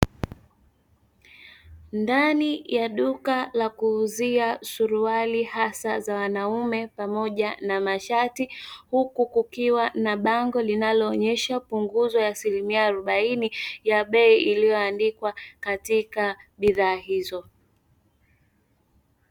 Ndani ya duka la kuuzia suruali hasa za wanaume pamoja na mashati, huku kukiwa na bango linaloonesha punguzo ya asilimia arobaini ya bei iliyoandikwa, katika bidhaa hizo.